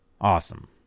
Awesome